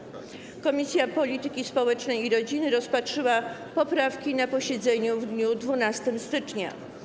Komisja Polityki Społecznej i Rodziny rozpatrzyła poprawki na posiedzeniu w dniu 12 stycznia.